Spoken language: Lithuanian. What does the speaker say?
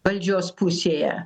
valdžios pusėje